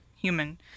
human